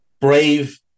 Brave